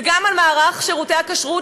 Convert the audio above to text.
וגם על מערך שירותי הכשרות,